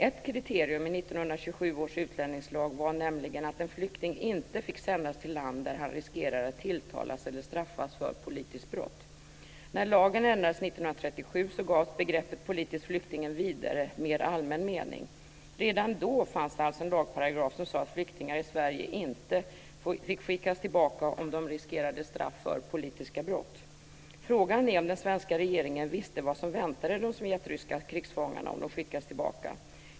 Ett kriterium i 1927 års utlänningslag var nämligen att en flykting inte fick sändas till land där han riskerade att "tilltalas eller straffas för politiskt brott". När lagen ändrades 1937 gavs begreppet politisk flykting en "vidare, mer allmän mening". Redan då fanns det alltså en lagparagraf som sade att flyktingar i Sverige inte fick skickas tillbaka om de riskerade straff för politiska brott. Frågan är om den svenska regeringen visste vad som väntade de sovjetryska krigsfångarna om de skickades tillbaka.